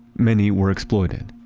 many were exploited